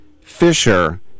Fisher